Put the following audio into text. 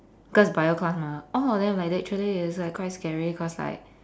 cause bio class mah all of them like literally it's like quite scary cause like